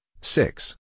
six